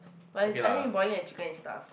but I think in boiling the chicken and stuff